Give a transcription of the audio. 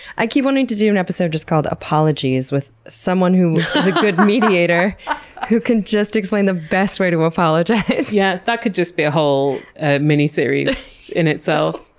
i keep wanting to do an episode just called, apologies with someone. who is a good mediator who can just explain the best way to apologize. yeah that can just be a whole mini-series in itself.